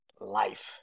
Life